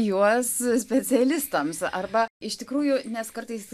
juos specialistams arba iš tikrųjų nes kartais